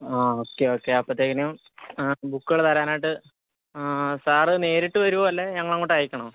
ആ okay okay അപ്പോത്തേക്കിനും ബുക്കുകൾ തരാനായിട്ട് സാറ് നേരിട്ട് വരുവോ അല്ലേൽ ഞങ്ങളങ്ങോട്ട് അയയ്ക്കണോ